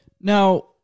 Now